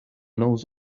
knows